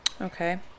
okay